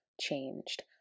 changed